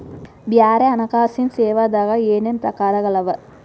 ಬ್ಯಾರೆ ಹಣ್ಕಾಸಿನ್ ಸೇವಾದಾಗ ಏನೇನ್ ಪ್ರಕಾರ್ಗಳವ?